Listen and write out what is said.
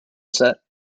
set